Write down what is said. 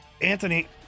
Anthony